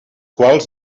quals